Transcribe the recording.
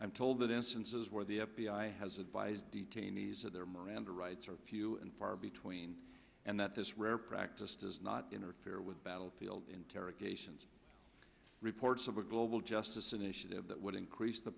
i'm told that instances where the f b i has advised detainees that their miranda rights are few and far between and that this rare practice does not interfere with battlefield interrogations reports of a global justice initiative that would increase the